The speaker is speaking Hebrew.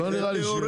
לא נראה לי שיש.